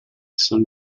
san